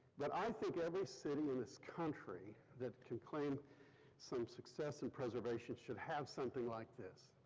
but i think every city in this country that can claim some success in preservation should have something like this.